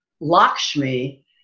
Lakshmi